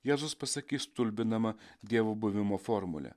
jėzus pasakys stulbinamą dievo buvimo formulę